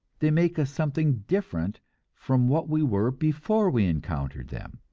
they make us something different from what we were before we encountered them.